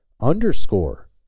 underscore